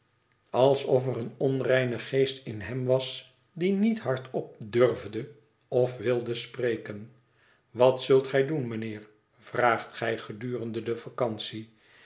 alsof er een onreine geest in hem was die niet hardop durfde of wilde spreken wat zult gij doen mijnheer vraagt gij gedurende de